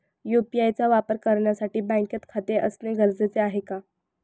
UPI चा वापर करण्यासाठी बँकेत खाते असणे गरजेचे आहे का?